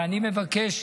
ואני מבקש,